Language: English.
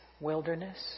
wilderness